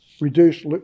reduce